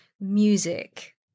music